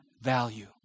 value